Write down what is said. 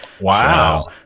Wow